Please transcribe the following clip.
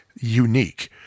unique